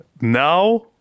Now